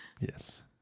Yes